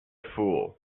fool